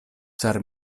ĉar